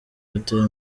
hotel